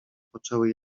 poczęły